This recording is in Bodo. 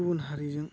गुबुन हारिजों